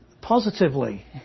positively